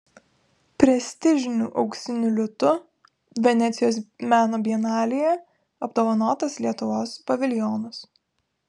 prestižiniu auksiniu liūtu venecijos meno bienalėje apdovanotas lietuvos paviljonas